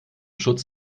schutz